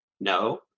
no